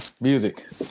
Music